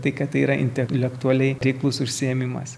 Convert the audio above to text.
tai kad tai yra intelektualiai taiklūs užsiėmimas